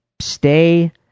stay